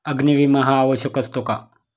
अग्नी विमा हा आवश्यक असतो का?